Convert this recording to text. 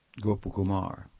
Gopukumar